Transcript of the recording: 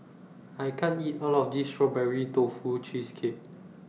I can't eat All of This Strawberry Tofu Cheesecake